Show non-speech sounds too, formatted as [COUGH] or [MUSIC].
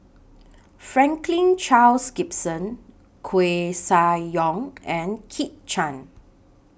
Franklin Charles Gimson Koeh Sia Yong [NOISE] and Kit Chan